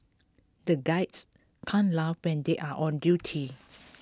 the guys can laugh when they are on duty